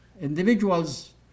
Individuals